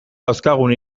dauzkagun